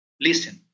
Listen